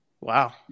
Wow